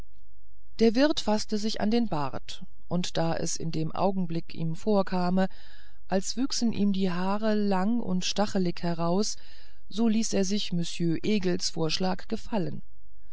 der wirt faßte sich an den bart und da es in dem augenblick ihm vorkam als wüchsen ihm die haare lang und stachelicht heraus so ließ er sich monsieur egels vorschlag gefallen